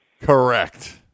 Correct